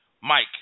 Mike